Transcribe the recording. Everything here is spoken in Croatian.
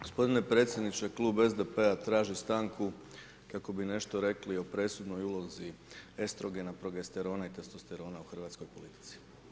Gospodine predsjedniče, klub SDP-a traži stanku kako bi nešto rekli o presudnoj ulozi estrogena, progesterona i testosterona u hrvatskoj politici.